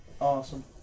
Awesome